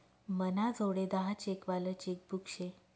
मनाजोडे दहा चेक वालं चेकबुक शे